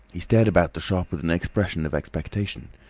he stared about the shop with an expression of expectation.